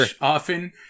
often